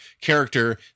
character